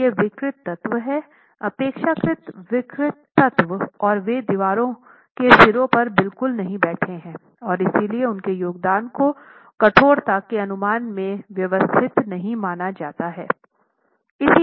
तो ये विकृत तत्व है अपेक्षाकृत विकृत तत्व और वे दीवारों के सिरों पर बिल्कुल नहीं बैठे हैं और इसलिए उनके योगदान को कठोरता के अनुमान में व्यवस्थित नहीं माना जाता है